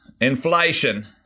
inflation